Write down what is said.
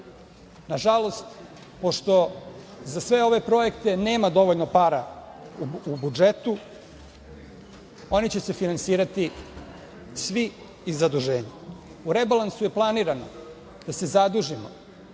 Nažalost, pošto za sve ove projekte nema dovoljno para u budžetu, oni će se finansirati svi iz zaduženja.U rebalansu je planirano da se zadužimo